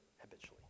habitually